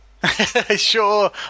sure